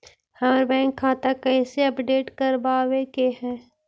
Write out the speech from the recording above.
हमर बैंक खाता कैसे अपडेट करबाबे के है?